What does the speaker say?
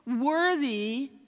worthy